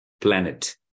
planet